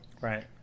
right